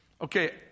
Okay